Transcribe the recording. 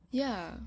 ya